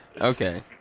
Okay